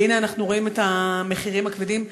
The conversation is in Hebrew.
והנה אנחנו רואים את המחירים הכבדים.